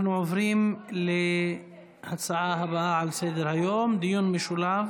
אנחנו עוברים להצעה הבאה על סדר-היום, דיון משולב